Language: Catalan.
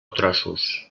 trossos